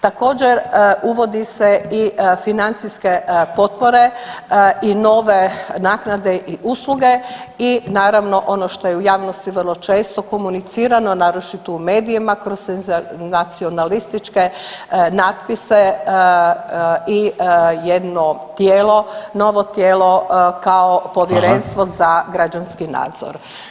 Također uvodi se i financijske potpore i nove naknade i usluge i naravno ono što je u javnosti vrlo često komunicirano naročito u medijima kroz senzacionalističke natpise i jedno tijelo novo tijelo kao povjerenstvo [[Upadica Reiner: Hvala.]] za građanski nadzor.